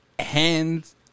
hands